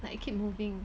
like it keep moving